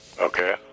Okay